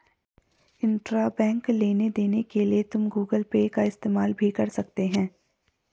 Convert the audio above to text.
intrabank लेन देन के लिए तुम गूगल पे का इस्तेमाल भी कर सकती हो